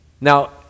Now